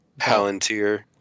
Palantir